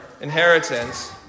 inheritance